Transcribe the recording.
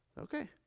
Okay